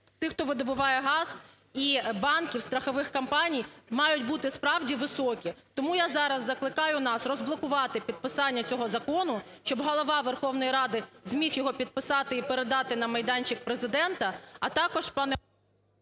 тих, хто видобуває газ і банків, страхових компаній мають бути справді високі. Тому я зараз закликаю нас розблокувати підписання цього закону, щоб Голова Верховної Ради зміг його підписати і передати на майданчик Президента. А також, пане…